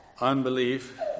Unbelief